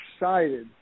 excited